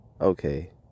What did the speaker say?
okay